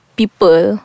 people